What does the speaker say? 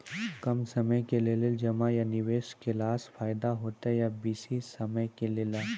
कम समय के लेल जमा या निवेश केलासॅ फायदा हेते या बेसी समय के लेल?